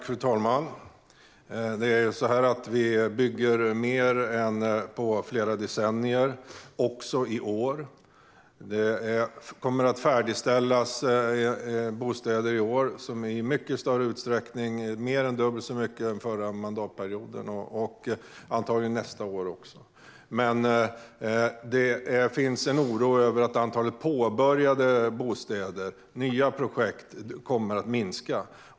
Fru talman! Vi bygger mer än på flera decennier, också i år. Det kommer i år, och antagligen nästa år också, att färdigställas bostäder i mycket större utsträckning - mer än dubbelt så många - än under den förra mandatperioden. Men det finns en oro för att antalet nya bostadsprojekt kommer att minska.